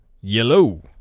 Yellow